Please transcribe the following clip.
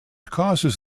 causes